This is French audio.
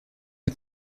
est